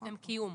הם קיום.